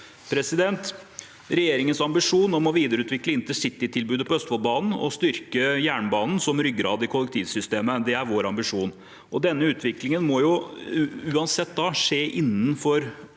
jernbanesporet. Regjeringens ambisjon er å videreutvikle intercitytilbudet på Østfoldbanen og styrke jernbanen som ryggrad i kollektivsystemet. Det er vår ambisjon, og denne utviklingen må uansett skje innenfor